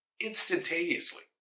instantaneously